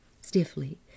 stiffly